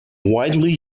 widely